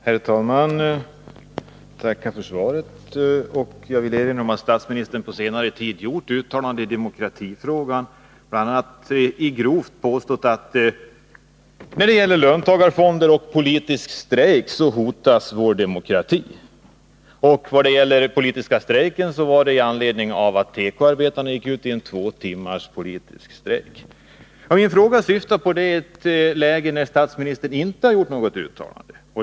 Herr talman! Jag tackar för svaret. Men jag vill erinra om att statsministern på senare tid har gjort uttalanden i demokratifrågan och bl.a. grovt påstått att vår demokrati hotas av löntagarfonder och politisk strejk. Det uttalande som gäller den politiska strejken gjordes i anledning av att tekoarbetarna gick ut i en två timmars politisk strejk. Vad min fråga syftar på är emellertid ett läge där statsministern inte har gjort något uttalande.